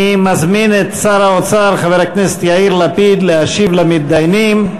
אני מזמין את שר האוצר חבר הכנסת יאיר לפיד להשיב למתדיינים.